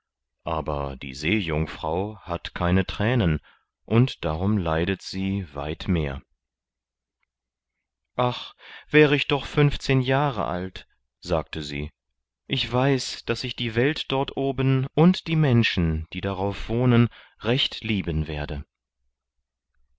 aber die seejungfrau hat keine thränen und darum leidet sie weit mehr ach wäre ich doch fünfzehn jahre alt sagte sie ich weiß daß ich die welt dort oben und die menschen die darauf wohnen recht lieben werde